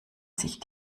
sich